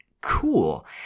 cool